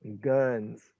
guns